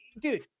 dude